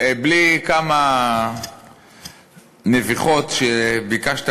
בלי כמה נביחות שביקשת,